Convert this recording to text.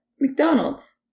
McDonald's